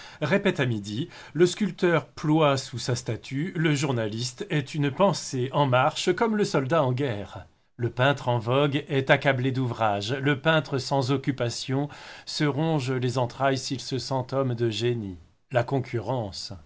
répète à midi le sculpteur plie sous sa statue le journaliste est une pensée en marche comme le soldat en guerre le peintre en vogue est accablé d'ouvrage le peintre sans occupation se ronge les entrailles s'il se sent homme de génie la concurrence